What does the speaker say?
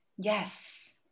yes